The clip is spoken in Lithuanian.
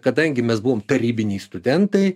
kadangi mes buvom tarybiniai studentai